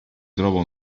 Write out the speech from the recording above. trova